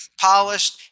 polished